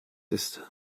ist